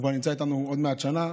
הוא כבר נמצא איתנו עוד מעט שנה.